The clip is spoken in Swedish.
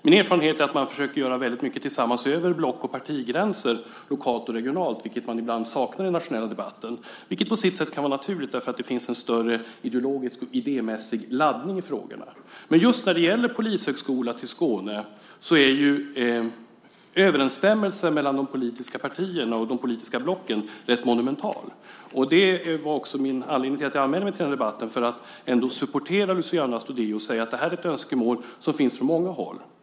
Min erfarenhet är att man lokalt och regionalt försöker göra mycket tillsammans över block och partigränser, vilket man ibland saknar i den nationella debatten. Det kan på sitt sätt vara naturligt eftersom det finns en större ideologisk och idémässig laddning i frågorna. När det gäller frågan om en polishögskola till Skåne är överensstämmelsen mellan de politiska partierna och de politiska blocken rätt monumental. Det var också anledningen till att jag anmälde mig till den här debatten för att ändå supportera Luciano Astudillo och säga att det här är ett önskemål som finns från många håll.